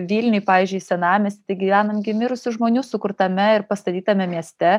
vilniuj pavyzdžiui senamiesty gyvenam gi mirusių žmonių sukurtame ir pastatytame mieste